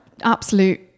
absolute